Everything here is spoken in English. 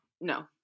no